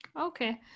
okay